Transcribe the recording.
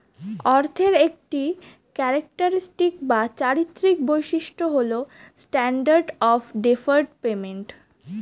অর্থের একটি ক্যারেক্টারিস্টিক বা চারিত্রিক বৈশিষ্ট্য হল স্ট্যান্ডার্ড অফ ডেফার্ড পেমেন্ট